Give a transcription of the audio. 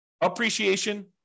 appreciation